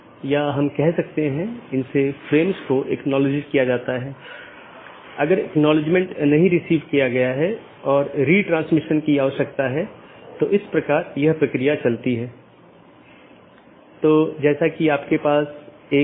अब मैं कैसे एक मार्ग को परिभाषित करता हूं यह AS के एक सेट द्वारा परिभाषित किया गया है और AS को मार्ग मापदंडों के एक सेट द्वारा तथा गंतव्य जहां यह जाएगा द्वारा परिभाषित किया जाता है